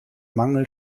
mangel